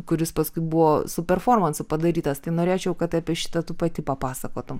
kuris paskui buvo su performansu padarytas tai norėčiau kad apie šitą tu pati papasakotum